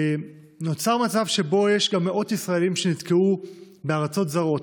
נוצר מצב שבו יש גם מאות ישראלים שנתקעו בארצות זרות,